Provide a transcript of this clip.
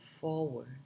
forward